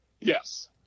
yes